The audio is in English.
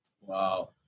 Wow